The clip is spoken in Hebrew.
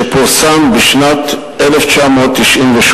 שפורסם בשנת 1998,